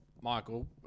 Michael